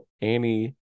Annie